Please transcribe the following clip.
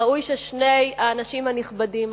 ראוי ששני האנשים הנכבדים,